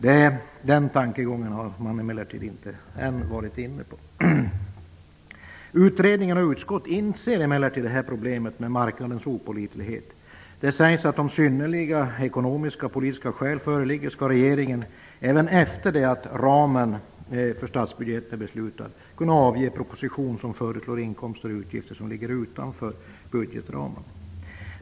En sådan tankegång har man emellertid inte än varit inne på. Utredningen och utskottet inser emellertid problemet med marknadens opålitlighet. Det sägs att om synnerliga ekonomisk-politiska skäl föreligger skall regeringen även efter det att ramen för statsbudgeten är beslutad kunna avge proposition som föreslår inkomster och utgifter som ligger utanför budgetramarna.